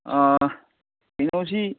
ꯀꯩꯅꯣꯁꯤ